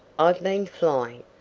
i've been flying.